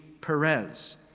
Perez